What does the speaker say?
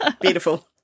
Beautiful